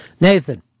Nathan